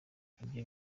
ibyo